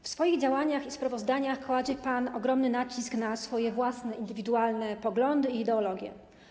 W swoich działaniach i sprawozdaniach kładzie pan ogromny nacisk na swoje własne, indywidualne poglądy i ideologie.